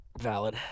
valid